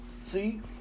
See